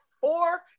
four